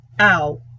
ow